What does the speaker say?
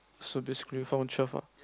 so basically found twelve ah